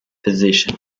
position